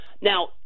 now